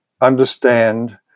understand